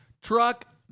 truck